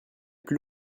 plus